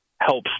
helps